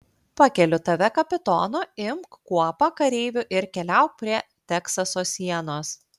pakeliu tave kapitonu imk kuopą kareivių ir keliauk prie teksaso sienos